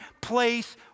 place